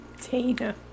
Tina